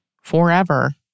forever